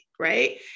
right